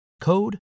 code